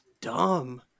dumb